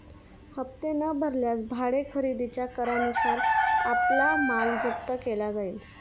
हप्ते न भरल्यास भाडे खरेदीच्या करारानुसार आपला माल जप्त केला जाईल